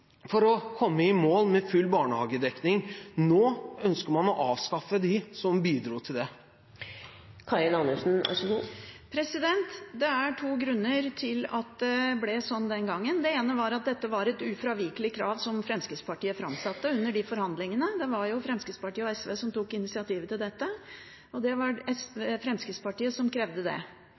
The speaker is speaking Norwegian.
for å komme i mål med full barnehagedekning. Nå ønsker man å avskaffe dem som bidro til det. Det er to grunner til at det ble sånn den gangen. Den ene var at dette var et ufravikelig krav som Fremskrittspartiet framsatte under forhandlingene. Det var Fremskrittspartiet og SV som tok initiativet til dette, og det var Fremskrittspartiet som krevde det.